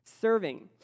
Serving